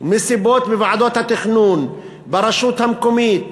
סיבות בוועדות התכנון, ברשות המקומית,